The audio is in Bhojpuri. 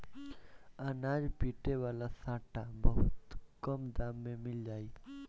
अनाज पीटे वाला सांटा बहुत कम दाम में मिल जाई